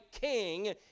king